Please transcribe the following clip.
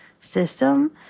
system